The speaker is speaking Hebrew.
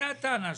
זה הטענה שלהם,